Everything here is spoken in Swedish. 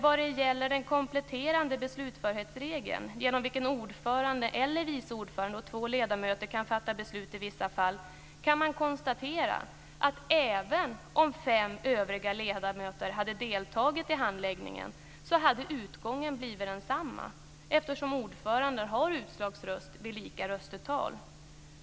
Vad gäller den kompletterande beslutförhetsregeln, genom vilken ordföranden eller vice ordföranden och två ledamöter kan fatta beslut i vissa fall, kan man konstatera att även om fem övriga ledamöter hade deltagit i handläggningen hade utgången blivit densamma, eftersom ordföranden har utslagsröst vid lika röstetal.